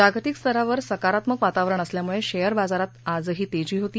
जागतिक स्तरावर सकारात्मक वातावरण असल्यामुळे शेयर बाजारात आजही तेजी होती